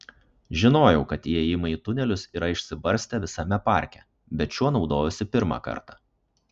žinojau kad įėjimai į tunelius yra išsibarstę visame parke bet šiuo naudojausi pirmą kartą